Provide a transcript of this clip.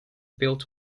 built